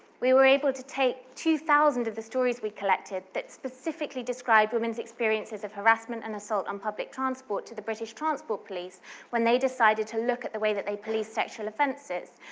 we were able to take two thousand of the stories we collected that specifically described women's experiences of harassment and assault on public transport to the british transport police when they decided to look at the way that they police sexual offences.